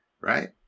Right